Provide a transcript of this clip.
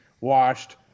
washed